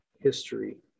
history